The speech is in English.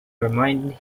reminded